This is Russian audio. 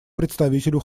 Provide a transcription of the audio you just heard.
представителю